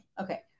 Okay